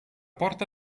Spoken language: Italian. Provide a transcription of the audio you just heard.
porta